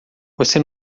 você